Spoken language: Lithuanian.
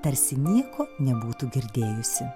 tarsi nieko nebūtų girdėjusi